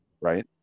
right